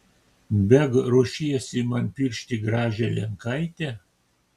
beg ruošiesi man piršti gražią lenkaitę